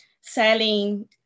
selling